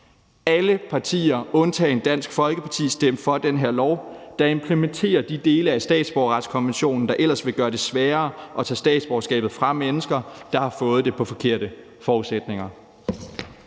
Alle partier undtagen Dansk Folkeparti stemte for den her lov, der implementerer de dele af statsborgerretskonventionen, der ellers ville gøre det sværere at tage statsborgerskabet fra mennesker, der har fået det på forkerte forudsætninger.